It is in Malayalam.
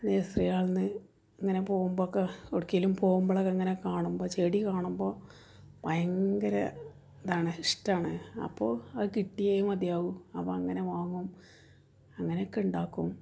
നേഴ്സറികളില്നിന്ന് ഇങ്ങനെ പോകുമ്പോഴൊക്കെ എവിടെക്കേലും പോകുമ്പളക്കെ ഇങ്ങനെ കാണുമ്പോള് ചെടി കാണുമ്പോള് ഭയങ്കര ഇതാണ് ഇഷ്ടമാണ് അപ്പോള് അത് കിട്ടിയേ മതിയാവൂ അപ്പോള് അങ്ങനെ വാങ്ങും അങ്ങനെക്കെ ഉണ്ടാക്കും